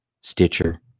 Stitcher